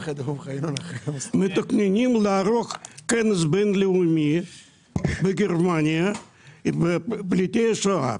מתכננים לערוך כנס בין-לאומי בגרמניה עם פליטי השואה.